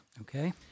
Okay